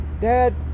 dad